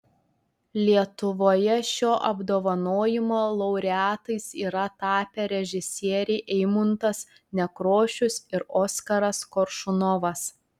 lietuvoje šio apdovanojimo laureatais yra tapę režisieriai eimuntas nekrošius ir oskaras koršunovas